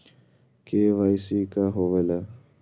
KYC का होवेला?